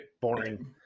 boring